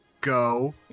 go